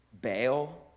bail